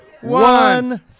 one